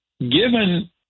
given